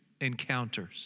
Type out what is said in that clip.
encounters